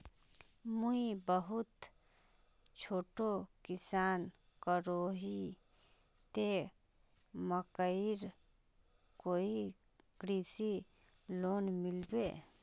मुई बहुत छोटो किसान करोही ते मकईर कोई कृषि लोन मिलबे?